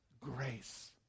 grace